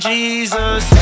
Jesus